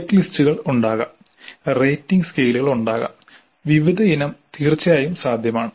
ചെക്ക്ലിസ്റ്റുകൾ ഉണ്ടാകാം റേറ്റിംഗ് സ്കെയിലുകൾ ഉണ്ടാകാം വിവിധ ഇനം തീർച്ചയായും സാധ്യമാണ്